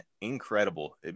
incredible